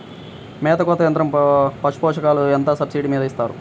మేత కోత యంత్రం పశుపోషకాలకు ఎంత సబ్సిడీ మీద ఇస్తారు?